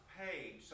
paid